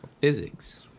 physics